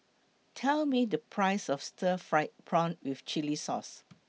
Tell Me The Price of Stir Fried Prawn with Chili Sauce